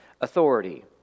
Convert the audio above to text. authority